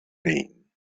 been